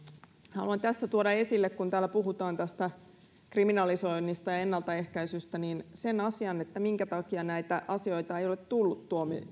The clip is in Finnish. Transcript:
haluan tässä tuoda esille kun täällä puhutaan kriminalisoinnista ja ennaltaehkäisystä sen asian minkä takia näistä asioista ei ole tullut